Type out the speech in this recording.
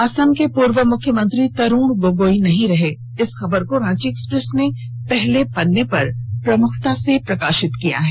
असम के पूर्व मुख्यमंत्री तरूण गोगोई नहीं रहे इस खबर को रांची एक्सप्रेस ने पहले पन्ने पर प्रमुखता से प्रकाशित किया है